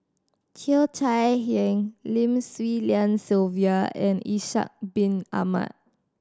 Cheo Chai Hiang Lim Swee Lian Sylvia and Ishak Bin Ahmad